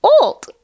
old